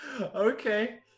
okay